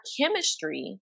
chemistry